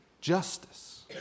justice